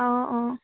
অঁ অঁ